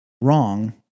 wrong